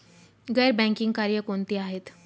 गैर बँकिंग कार्य कोणती आहेत?